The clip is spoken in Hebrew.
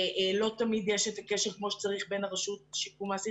ולא תמיד יש את הקשר כמו שצריך בין הרשות לשיקום האסיר